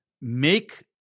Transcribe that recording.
make